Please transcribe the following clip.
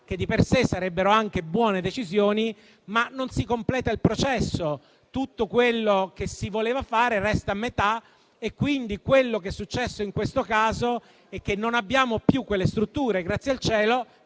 che di per sé sarebbero anche buone, ma non si completa il processo. Tutto quello che si voleva fare resta a metà, quindi quello che è successo in questo caso è che non abbiamo più quelle strutture, grazie al